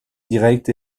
directs